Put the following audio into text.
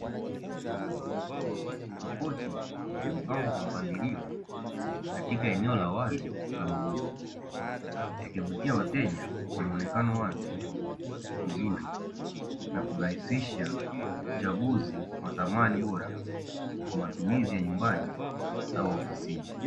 Makochi yamepangwa kwa mpangilio katika eneo la wazi la mauzo, yakiwavutia wateja kwa mwonekano wake mzuri na kurahisisha uchaguzi wa samani bora, kwa matumizi ya nyumbani au ofisini.